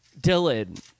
Dylan